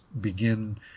begin